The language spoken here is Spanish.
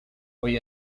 hoy